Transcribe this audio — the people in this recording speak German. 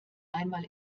einmal